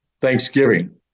Thanksgiving